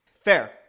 Fair